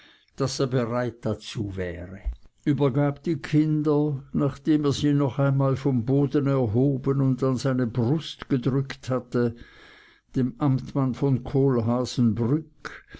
daß er bereit dazu wäre übergab die kinder nachdem er sie noch einmal vom boden erhoben und an seine brust gedrückt hatte dem amtmann von